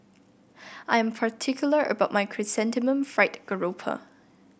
I am particular about my Chrysanthemum Fried Garoupa